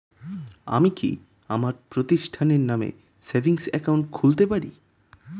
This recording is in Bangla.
আমি কি আমার প্রতিষ্ঠানের নামে সেভিংস একাউন্ট খুলতে পারি?